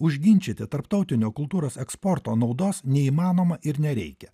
užginčyti tarptautinio kultūros eksporto naudos neįmanoma ir nereikia